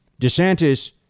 DeSantis